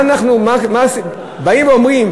באים ואומרים,